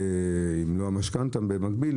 אם לא המשכנתא במקביל,